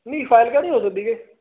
ਨਹੀਂ ਫਾਇਲ ਕਿਉਂ ਨਹੀਂ ਹੋ ਸਕਦੀ ਕਿ